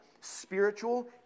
spiritual